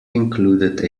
included